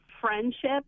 friendship